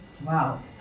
wow